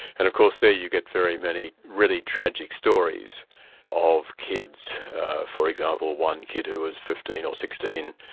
and of course there you get very many really tragic stories of kids for example, one kid who was fifteen or sixteen,